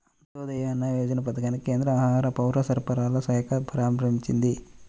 అంత్యోదయ అన్న యోజన పథకాన్ని కేంద్ర ఆహార, పౌరసరఫరాల శాఖ ప్రారంభించింది